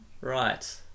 Right